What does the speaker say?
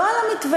לא על המתווה,